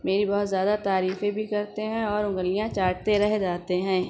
میری بہت زیادہ تعریفیں بھی کرتے ہیں اور انگلیاں چاٹتے رہ جاتے ہیں